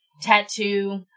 tattoo